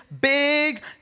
big